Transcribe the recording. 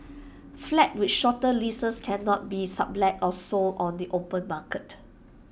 flats with shorter leases cannot be sublet or sold on the open market